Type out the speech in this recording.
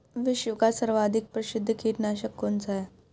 विश्व का सर्वाधिक प्रसिद्ध कीटनाशक कौन सा है?